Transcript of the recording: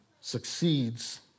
succeeds